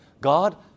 God